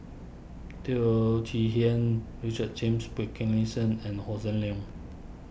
Teo Chee Hean Richard James Wilkinson and Hossan Leong